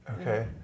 okay